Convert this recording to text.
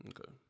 okay